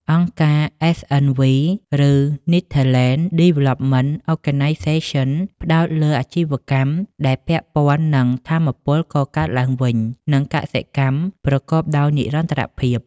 អង្គការ SNV ឬ Netherlands Development Organisation ផ្ដោតលើអាជីវកម្មដែលពាក់ព័ន្ធនឹង "ថាមពលកកើតឡើងវិញ" និងកសិកម្មប្រកបដោយនិរន្តរភាព។